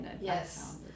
Yes